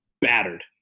battered